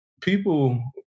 people